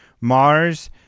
Mars